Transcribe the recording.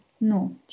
No